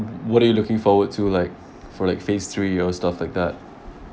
what are you looking forward to like for like phase three or stuff like that